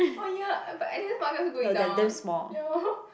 oh ya but Editor's Market also going down ya